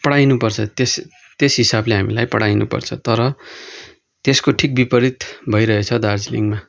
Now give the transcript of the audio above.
पढाइनु पर्छ त्यस त्यस हिसाबले हामीलाई पढाइनु पर्छ तर त्यसको ठिक विपरित भइरहेको छ दार्जिलिङमा